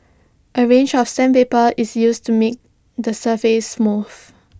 A range of sandpaper is used to make the surface smooth